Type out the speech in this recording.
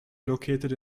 located